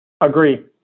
Agree